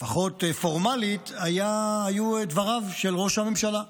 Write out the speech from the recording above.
לפחות פורמלית, היו דבריו של ראש הממשלה,